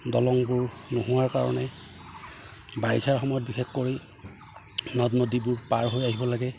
দলংবোৰ নোহোৱাৰ কাৰণে বাৰিষাৰ সময়ত বিশেষকৈ নদ নদীবোৰ পাৰ হৈ আহিব লাগে